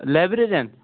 librarian